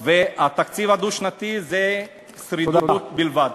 התקציב הדו-שנתי זה שרידות בלבד.